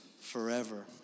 forever